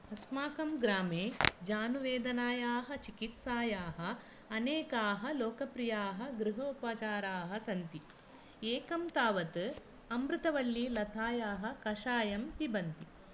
अस्माकं ग्रामे जानुवेदनायाः चिकित्सायाः अनेकाः लोकप्रियाः गृजोपचाराः सन्ति एकं तावत् अमृतवल्लीलतायाः कषायं पिबन्ति